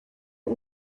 but